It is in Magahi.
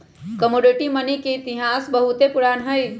कमोडिटी मनी के इतिहास बहुते पुरान हइ